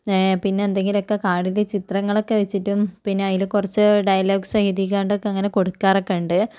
പിന്നെ എന്തെങ്കിലൊക്കെ കാർഡിൽ ചിത്രങ്ങളൊക്കെ വെച്ചിട്ടും പിന്നെ അതിൽ കുറച്ച് ഡയലോഗ്സ് എഴുതി കൊണ്ടൊക്കെ അങ്ങനെ കൊടുക്കാറൊക്കെയുണ്ട്